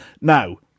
now